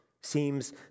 seems